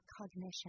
cognition